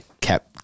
kept